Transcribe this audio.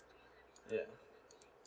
ya